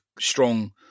strong